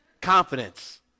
confidence